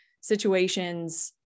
situations